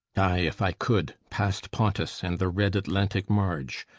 aye, if i could, past pontus, and the red atlantic marge!